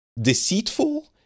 deceitful